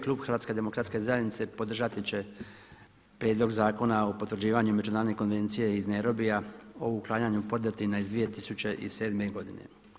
Klub HDZ-a podržati će Prijedlog zakona o potvrđivanju Međunarodne konvencije iz Nairobija o uklanjanju podrtina iz 2007. godine.